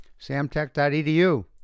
Samtech.edu